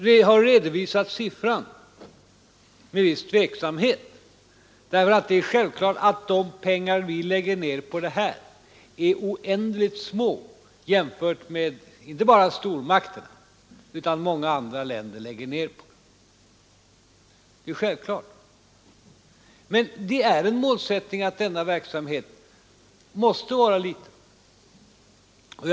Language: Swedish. Vi har redovisat siffran med viss tveksamhet, därför att det är självklart att de belopp vi lägger ner på denna verksamhet är oändligt små jämfört med vad inte bara stormakterna utan också många andra länder lägger ner på motsvarande verksamhet. Men det är en målsättning att denna verksamhet måste vara liten.